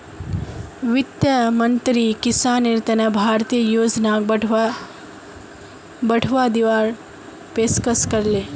वित्त मंत्रीक किसानेर तने भारतीय योजनाक बढ़ावा दीवार पेशकस करले